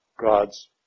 God's